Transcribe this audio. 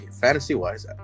Fantasy-wise